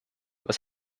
was